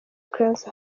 cranes